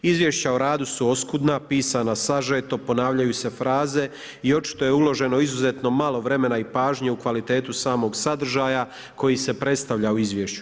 Izvješća o radu su oskudna, pisana sažeto, ponavljaju se fraze i očito je uloženo izuzetno malo vremena i pažnje u kvalitetu samog sadržaja koji se predstavlja u izvješću.